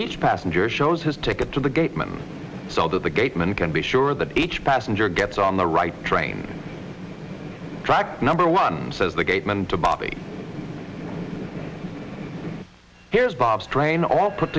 each passenger shows his ticket to the gateman so that the gateman can be sure that each passenger gets on the right train track number one says the gateman to bobby here's bob's train all put